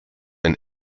ein